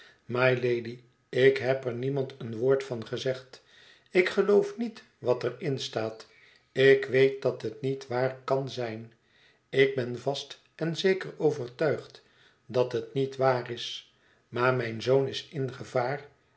mylady ik heb er niemand een woord van gezegd ik geloof niet wat er in staat ik weet dat het niet waar kan zijn ik ben vast en zeker overtuigd dat het niet waar is maar mijn zoon is in gevaar